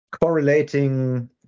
correlating